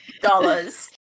dollars